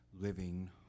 living